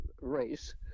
race